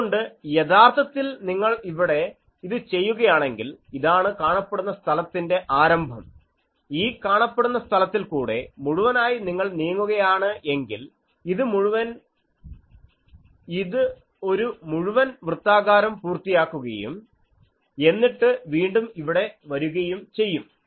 അതുകൊണ്ട് യഥാർത്ഥത്തിൽ നിങ്ങൾ ഇവിടെ ഇത് ചെയ്യുകയാണെങ്കിൽ ഇതാണ് കാണപ്പെടുന്ന സ്ഥലത്തിൻ്റെ ആരംഭം ഈ കാണപ്പെടുന്ന സ്ഥലത്തിൽക്കൂടെ മുഴുവനായി നിങ്ങൾ നീങ്ങുകയാണ് എങ്കിൽ ഇത് ഒരു മുഴുവൻ വൃത്താകാരം പൂർത്തിയാക്കുകയും എന്നിട്ട് വീണ്ടും ഇവിടെ വരുകയും ചെയ്യും